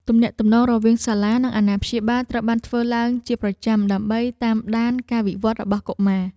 ទំនាក់ទំនងរវាងសាលានិងអាណាព្យាបាលត្រូវបានធ្វើឡើងជាប្រចាំដើម្បីតាមដានការវិវត្តរបស់កុមារ។